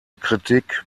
kritik